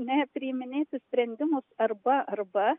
ne priiminėti sprendimus arba arba